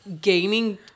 gaming